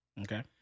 Okay